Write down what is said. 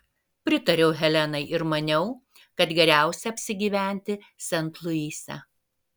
pritariau helenai ir maniau kad geriausia apsigyventi sent luise